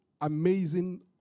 amazing